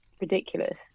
ridiculous